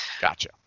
Gotcha